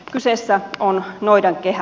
kyseessä on noidankehä